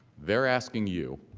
they are asking you